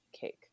cake